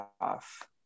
off